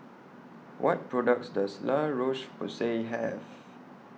What products Does La Roche Porsay Have